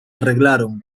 arreglaron